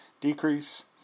decrease